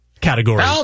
category